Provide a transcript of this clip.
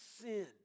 sin